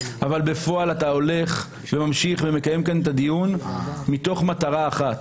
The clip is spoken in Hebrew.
אבל בפועל אתה הולך וממשיך ומקיים כאן את הדיון מתוך מטרה אחת,